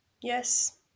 Yes